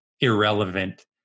irrelevant